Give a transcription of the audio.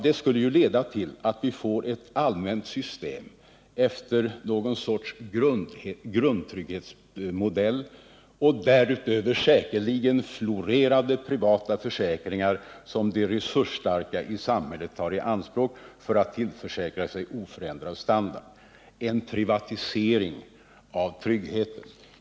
Det skulle leda till att vi fick ett allmänt system efter någon sorts grundtrygghetsmodell och därutöver säkerligen florerande privata försäkringar, som de resursstarka i samhället tog i anspråk för att tillförsäkra sig oförändrad standard — en privatisering av tryggheten.